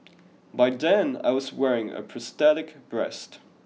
by then I was wearing a prosthetic breast